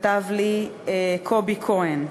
כתב לי קובי כהן.